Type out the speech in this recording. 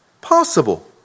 possible